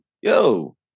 yo